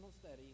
study